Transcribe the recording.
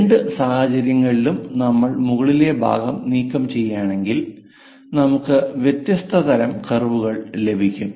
രണ്ട് സാഹചര്യങ്ങളിലും നമ്മൾ മുകളിലെ ഭാഗം നീക്കം ചെയ്യുകയാണെങ്കിൽ നമുക്ക് വ്യത്യസ്ത തരം കർവുകൾ ലഭിക്കും